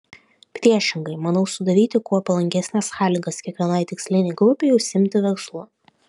priešingai manau sudaryti kuo palankesnes sąlygas kiekvienai tikslinei grupei užsiimti verslu